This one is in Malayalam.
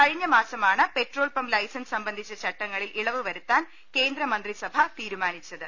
കഴിഞ്ഞ മാസമാണ് പെട്രോൾ പമ്പ് ലൈസൻസ് സംബന്ധിച്ച ചട്ടങ്ങളിൽ ഇളവു വരു ത്താൻ കേന്ദ്ര മന്ത്രിസഭ തീരുമാനിച്ചത്